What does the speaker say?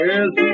Yes